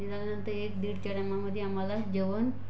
त्याच्यानंतर एक दीडच्या टायमामध्ये आम्हाला जेवण